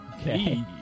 okay